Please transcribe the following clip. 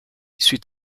suit